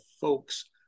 folks